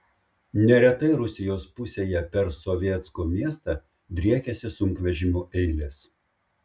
neretai rusijos pusėje per sovetsko miestą driekiasi sunkvežimių eilės